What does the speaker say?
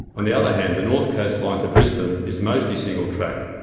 on the other hand, the north coast line to brisbane is mostly single track,